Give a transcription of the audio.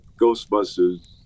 ghostbusters